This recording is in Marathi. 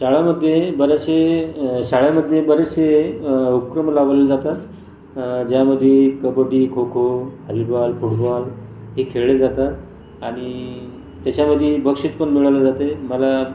शाळांमध्ये बरेचशे शाळेमध्ये बरेचसे उपक्रम राबवले जातात ज्यामधे कबड्डी खोखो हलीबॉल फूटबॉल हे खेळले जातात आणि त्याच्यामध्ये बक्षीस पण मिळवलं जाते मला